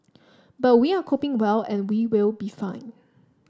but we are coping well and we will be fine